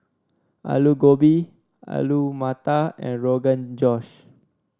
Alu Gobi Alu Matar and Rogan Josh